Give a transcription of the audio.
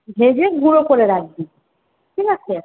ভেজে গুঁড়ো করে রাখবি ঠিক আছে